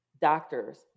doctors